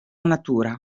natura